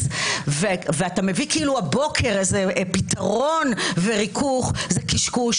-- זה שאתה מביא הבוקר איזה פתרון וריכוך זה קשקוש,